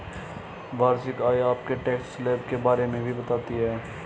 वार्षिक आय आपके टैक्स स्लैब के बारे में भी बताती है